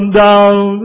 down